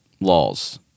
laws